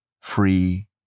free